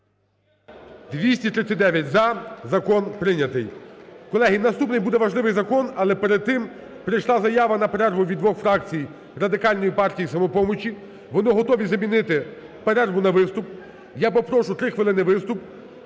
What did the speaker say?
За-239 Закон прийнятий. Колеги, наступний буде важливий закон, але перед тим прийшла заява на перерву від двох фракцій Радикальної партії і "Самопомочі". Вони готові замінити перерву на виступ. Я попрошу 3 хвилини виступ…